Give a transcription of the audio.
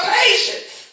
patience